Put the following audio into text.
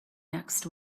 next